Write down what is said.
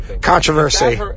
controversy